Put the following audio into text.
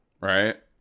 Right